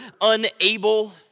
unable